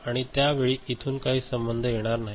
आणि त्यावेळी येथून काही संबंध येणार नाही